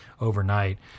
overnight